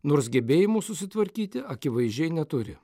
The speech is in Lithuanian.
nors gebėjimų susitvarkyti akivaizdžiai neturi